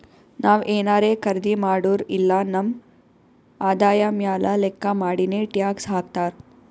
ನಾವ್ ಏನಾರೇ ಖರ್ದಿ ಮಾಡುರ್ ಇಲ್ಲ ನಮ್ ಆದಾಯ ಮ್ಯಾಲ ಲೆಕ್ಕಾ ಮಾಡಿನೆ ಟ್ಯಾಕ್ಸ್ ಹಾಕ್ತಾರ್